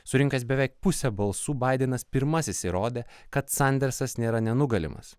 surinkęs beveik pusę balsų baidenas pirmasis įrodė kad sandersas nėra nenugalimas